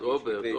רוברט.